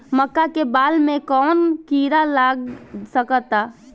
मका के बाल में कवन किड़ा लाग सकता?